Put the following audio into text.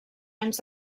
anys